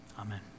Amen